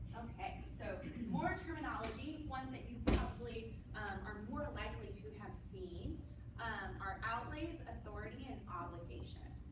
ok, so more terminology, one that you probably are more likely to have seen are outlays, authority, and obligation.